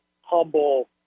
humble